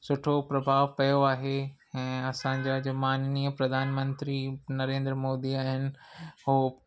सुठो प्रभाव पियो आहे ऐं असांजा जो माननिय प्रधानमंत्री नरेंद्र मोदी आया आहिनि हू